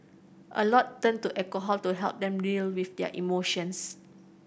a lot turn to alcohol to help them deal with their emotions